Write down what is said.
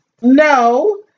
no